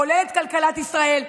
כולל את כלכלת ישראל,